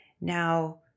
Now